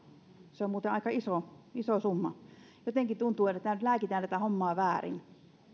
se on muuten aika iso iso summa jotenkin tuntuu että nyt lääkitään tätä hommaa väärin